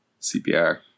CPR